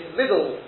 middle